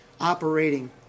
operating